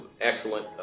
excellent